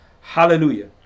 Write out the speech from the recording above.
Hallelujah